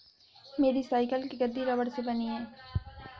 मेरी साइकिल की गद्दी रबड़ से बनी है